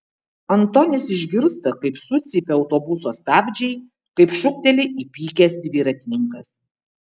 antonis išgirsta kaip sucypia autobuso stabdžiai kaip šūkteli įpykęs dviratininkas